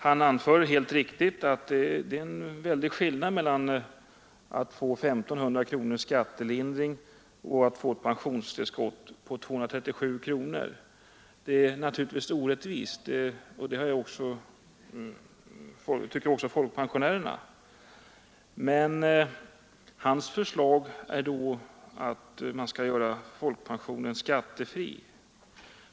Han anförde helt riktigt att det är mycket stor skillnad mellan att få 1 500 kronor i skattelindring och att få ett pensionstillskott på 237 kronor. Denna skillnad är naturligtvis orättvis, och det tycker också folkpensionärerna. Men hans förslag är att man skall göra folkpensionen skattefri.